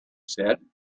said